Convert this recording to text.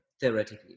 theoretically